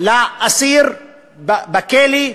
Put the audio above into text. לאסיר בכלא.